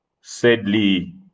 sadly